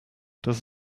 does